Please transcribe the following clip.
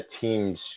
team's